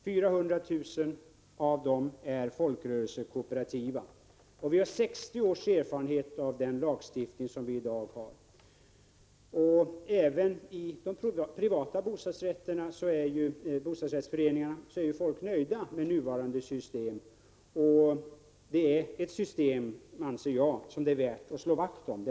400 000 av dem är folkrörelsekooperativa. Vi har 60 års erfarenhet av dagens lagstiftning. Även inom de privata bostadsrättsföreningarna är människorna nöjda med nuvarande system. Jag anser att detta är ett system som det är värt att slå vakt om.